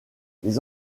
les